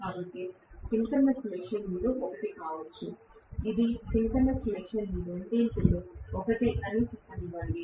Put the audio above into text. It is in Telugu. కాబట్టి ఇది సింక్రోనస్ మెషీన్లో ఒకటి కావచ్చు ఇది సింక్రోనస్ మెషిన్ రెండింటిలో ఒకటి అని చెప్పనివ్వండి